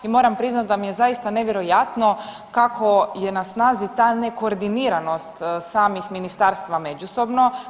I moram priznati da mi je zaista nevjerojatno kako je na snazi ta nekoordiniranost samih ministarstava međusobno.